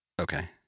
Okay